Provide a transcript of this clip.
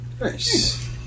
Nice